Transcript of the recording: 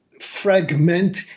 fragment